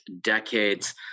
decades